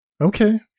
Okay